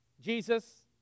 Jesus